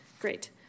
great